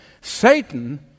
Satan